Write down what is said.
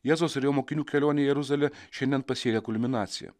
jėzaus ir jo mokinių kelionė į jeruzalę šiandien pasiekė kulminaciją